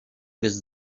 jest